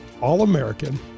all-american